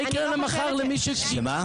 מה יקרה מחר למי --- שמה?